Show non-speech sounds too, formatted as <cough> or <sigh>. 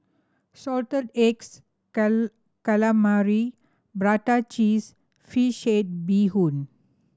salted eggs <unintelligible> calamari prata cheese fish head bee hoon